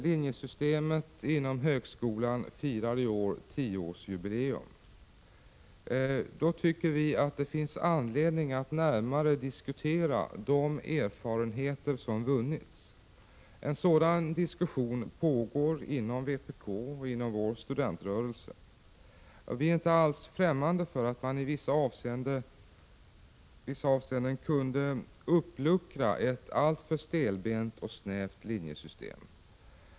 Linjesystemet inom högskolan firar i år tioårsjubileum. Då tycker vi att det finns anledning att närmare diskutera de erfarenheter som har vunnits. En sådan diskussion pågår inom vpk och inom vår studentrörel se. Vi är inte alls främmande för att man i vissa avseenden skulle kunna uppluckra ett alltför stelbent och snävt linjesystem.